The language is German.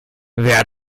wer